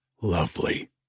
lovely